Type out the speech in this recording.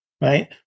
right